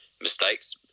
mistakes